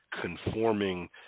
conforming